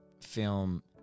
film